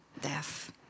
death